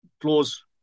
clause